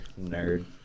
nerd